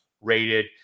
rated